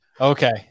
Okay